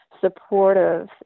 supportive